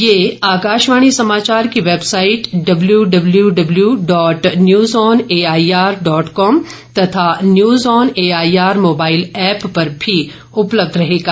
यह आकाशवाणी समाचार की वेबसाइट डब्ल्यू डब्ल्यू डब्ल्यू डॉट न्यूज ऑन एआईआर डॉट कॉम तथा न्यूज ऑन एआईआर मोबाइल ऐप पर भी उपलब्ध रहेगा